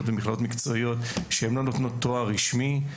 או מקצועיות שהם לא נותנות תואר רשמי.